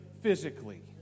physically